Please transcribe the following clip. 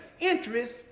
interest